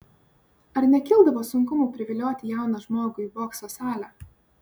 ar nekildavo sunkumų privilioti jauną žmogų į bokso salę